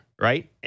right